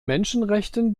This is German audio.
menschenrechten